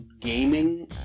gaming